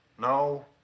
no